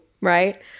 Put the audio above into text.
right